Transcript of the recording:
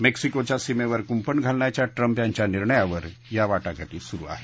मेक्सिकोच्या सीमेवर कुंपण घालण्याच्या ट्रम्प यांच्या निर्णयावर या वाटाघाटी सुरु आहेत